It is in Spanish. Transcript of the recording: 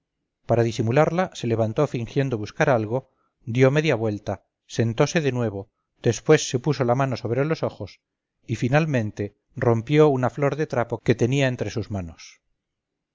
para disimularla se levantó fingiendo buscar algo dio media vuelta sentose de nuevo después se puso la mano sobre los ojos y finalmente rompió una flor de trapo que tenía entre sus manos